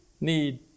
need